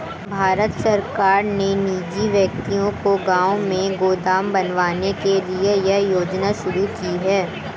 भारत सरकार ने निजी व्यक्ति को गांव में गोदाम बनवाने के लिए यह योजना शुरू की है